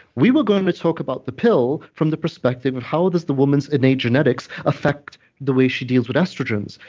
we were going to talk about the pill from the perspective of, how does the woman's innate genetics effect the way she deals with estrogens?